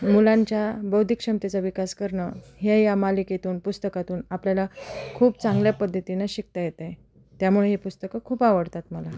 मुलांच्या बौद्धिक क्षमतेचा विकास करणं ह्या या मालिकेतून पुस्तकातून आपल्याला खूप चांगल्या पद्धतीने शिकता येतं आहे त्यामुळे हे पुस्तकं खूप आवडतात मला